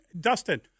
Dustin